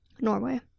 Norway